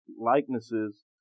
likenesses